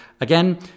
again